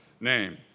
name